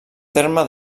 terme